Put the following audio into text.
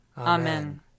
Amen